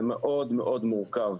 זה מאוד מאוד מורכב.